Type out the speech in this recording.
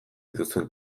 dituzuen